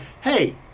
Hey